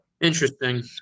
Interesting